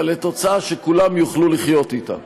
אבל לתוצאה שכולם יוכלו לחיות אתה.